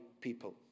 people